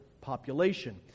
population